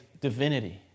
divinity